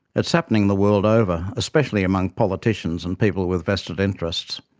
it's happening the world over, especially among politicians and people with vested interests.